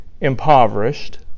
impoverished